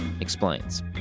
explains